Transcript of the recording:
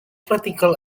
practical